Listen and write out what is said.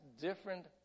different